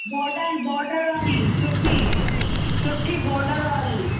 border बोडर वारी सुठी सुठी बोडर वारी